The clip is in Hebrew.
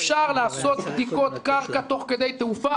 אפשר לעשות בדיקות קרקע תוך כדי תעופה.